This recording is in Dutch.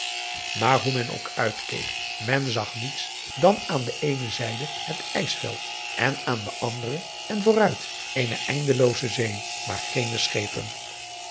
maar hoe men ook uitkeek men zag niets dan aan de eene zijde het ijsveld en aan de andere en vooruit eene eindelooze zee maar geene schepen